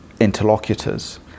interlocutors